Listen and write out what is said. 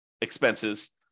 expenses